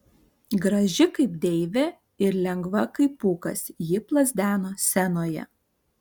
graži kaip deivė ir lengva kaip pūkas ji plazdeno scenoje